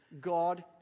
God